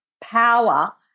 power